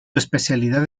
especialidad